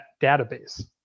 database